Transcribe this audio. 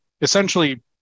essentially